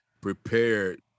prepared